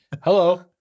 Hello